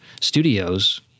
studios